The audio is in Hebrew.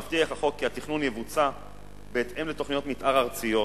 מבטיח החוק כי התכנון יבוצע בהתאם לתוכניות מיתאר ארציות,